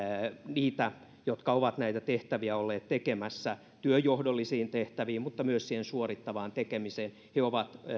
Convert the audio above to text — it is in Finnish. niitä jotka ovat näitä tehtäviä olleet tekemässä työnjohdollisiin tehtäviin mutta myös siihen suorittavaan tekemiseen he ovat